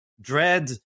Dread